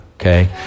okay